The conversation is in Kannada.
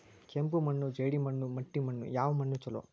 ಕೆಂಪು ಮಣ್ಣು, ಜೇಡಿ ಮಣ್ಣು, ಮಟ್ಟಿ ಮಣ್ಣ ಯಾವ ಮಣ್ಣ ಛಲೋ?